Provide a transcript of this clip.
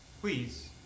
Please